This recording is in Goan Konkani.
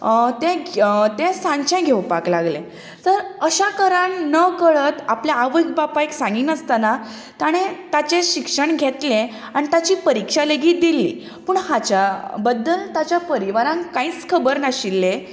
तें तें सांचें गेवपाक लागलें तर अशा करून नकळत आपल्या आवय बापायक सांगिनासतना ताणें ताचें शिक्षण घेतलें आनी ताची परिक्षा लेगीत दिली पूण हाच्या बद्दल ताच्या परिवाराक कांयच खबर नाशिल्लें